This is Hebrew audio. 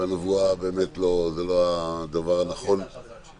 והנבואה זה לא הדבר הנכון --- זה לא הקטע החזק שלי.